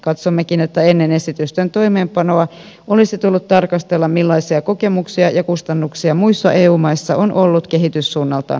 katsommekin että ennen esitysten toimeenpanoa olisi tullut tarkastella millaisia kokemuksia ja kustannuksia muissa eu maissa on ollut kehityssuunnaltaan havaittavissa